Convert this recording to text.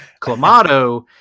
Clamato